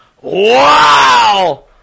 Wow